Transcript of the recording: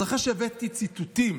אז אחרי שהבאתי ציטוטים